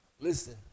Listen